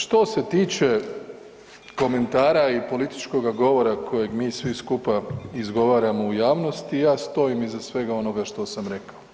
Što se tiče komentara i političkoga govora kojeg mi svi skupa izgovaramo u javnosti, ja stojim iza svega onoga što sam rekao.